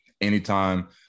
Anytime